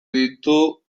ditu